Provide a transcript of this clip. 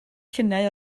lluniau